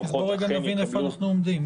יקבלו --- אז בוא רגע נבין איפה אנחנו עומדים.